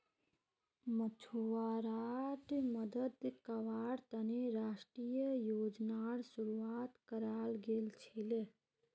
मछुवाराड मदद कावार तने राष्ट्रीय योजनार शुरुआत कराल गेल छीले